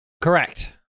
Correct